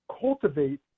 cultivate